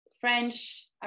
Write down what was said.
French